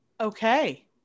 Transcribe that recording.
Okay